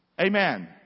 Amen